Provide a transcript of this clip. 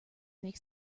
makes